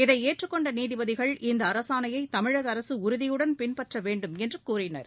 இதை ஏற்றுக் கொண்ட நீதிபதிகள் இந்த அரசாணையை தமிழக அரசு உறுதியுடன் பின்பற்ற வேண்டுமென்று கூறினர்